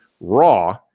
Raw